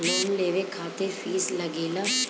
Loan लेवे खातिर fees लागेला?